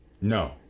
No